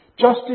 Justice